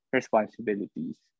responsibilities